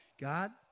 God